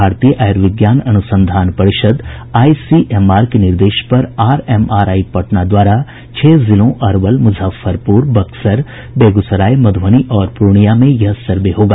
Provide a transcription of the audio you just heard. भारतीय आयुर्विज्ञान अनुसंधान परिषद आईसीएमआर के निर्देश पर आरएमआरआई पटना द्वारा छह जिलों अरवल मुजफ्फरपुर बक्सर बेगूसराय मधुबनी और पूर्णियां में यह सर्वे होगा